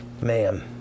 Man